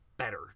better